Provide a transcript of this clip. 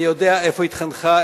אני יודע איפה היא התחנכה,